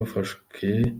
bafashwe